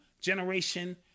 generation